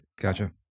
Gotcha